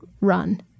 run